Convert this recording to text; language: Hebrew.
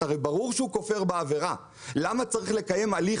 הרי ברור שהוא כופר בעבירה למה צריך לקיים הליך